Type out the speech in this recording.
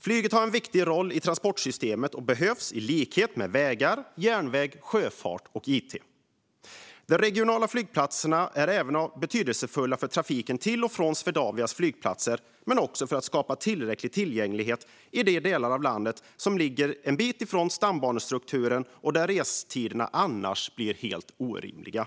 Flyget har en viktig roll i transportsystemet och behövs i likhet med vägar, järnväg, sjöfart och it. De regionala flygplatserna är även betydelsefulla för trafiken till och från Swedavias flygplatser men också för att skapa tillräcklig tillgänglighet i de delar av landet som ligger en bit från stambanestrukturen och där restiderna annars blir helt orimliga.